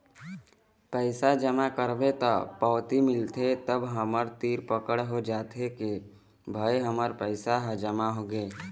पइसा जमा करबे त पावती मिलथे तब हमर तीर पकड़ हो जाथे के भई हमर पइसा ह जमा होगे